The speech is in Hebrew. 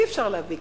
אי-אפשר להביא.